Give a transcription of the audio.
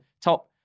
top